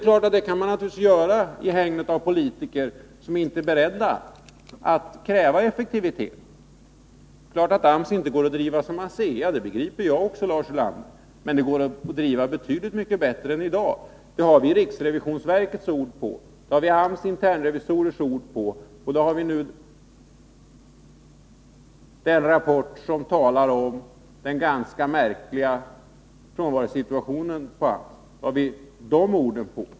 Det kan man naturligtvis göra i hägnet av politiker som inte är beredda att kräva effektivitet. Det går givetvis inte att driva AMS som man driver ASEA -— det begriper också jag, Lars Ulander. Men det går att driva AMS betydligt mycket bättre än i dag. Det har vi riksrevisionsverkets ord på, och det har vi AMS internrevisors ord på. Det beläggs också av den rapport som beskriver den ganska märkliga arbetssituationen på AMS.